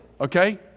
okay